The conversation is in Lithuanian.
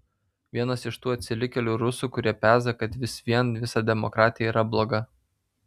vienas iš tų atsilikėlių rusų kurie peza kad vis vien visa demokratija yra bloga